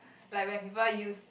like when people use